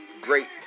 great